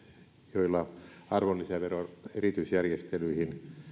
joilla arvonlisäveron eritysjärjestelyihin